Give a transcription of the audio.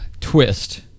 twist